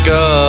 go